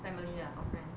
family ah or friend